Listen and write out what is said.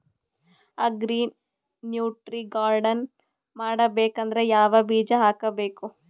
Agri nutri garden ಮಾಡಬೇಕಂದ್ರ ಯಾವ ಬೀಜ ಹಾಕಬೇಕು?